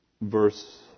verse